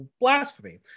blasphemy